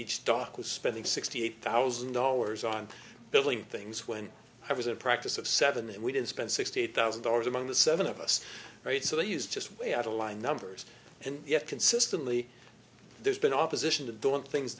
each doc was spending sixty eight thousand dollars on building things when i was in practice of seven and we did spend sixty eight thousand dollars among the seven of us right so they use just way outta line numbers and yet consistently there's been opposition to doing things